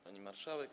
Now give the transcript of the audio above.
Pani Marszałek!